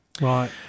Right